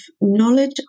knowledge